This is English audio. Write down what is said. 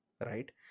right